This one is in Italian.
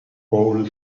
paul